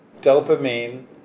dopamine